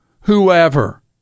whoever